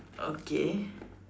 okay